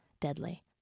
Deadly